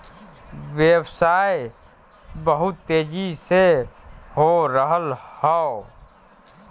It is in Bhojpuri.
व्यवसाय बहुत तेजी से हो रहल हौ